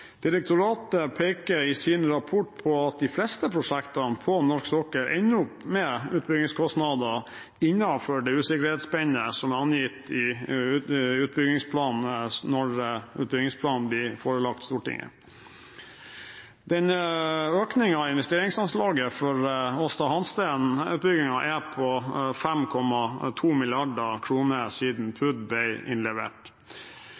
Direktoratet peker i sin rapport på at de fleste prosjektene på norsk sokkel ender opp med utbyggingskostnader innenfor det usikkerhetsspennet som er angitt i utbyggingsplanen når den blir forelagt Stortinget. Økningen i investeringsanslaget for Aasta Hansteen-utbyggingen er på 5,2 mrd. kr siden PUD ble innlevert.